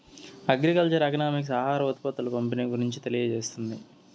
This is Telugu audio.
అగ్రికల్చర్ ఎకనామిక్స్ ఆహార ఉత్పత్తుల పంపిణీ గురించి తెలియజేస్తుంది